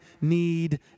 need